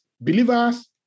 believers